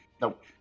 Nope